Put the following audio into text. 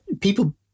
people